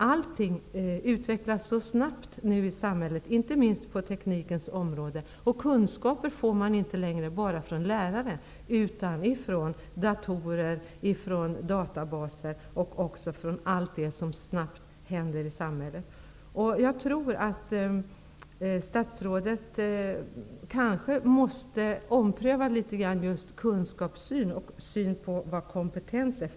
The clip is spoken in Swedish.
Allting utvecklas så snabbt nu, inte minst på teknikens område, och kunskaper får man inte längre bara från lärare utan från datorer, från databaser och också från allt det som händer i samhället. Jag tror att statsrådet måste ompröva litet grand just kunskapssyn och syn på vad kompetens är.